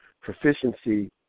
proficiency